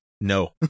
No